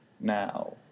now